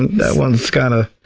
that one's kind of,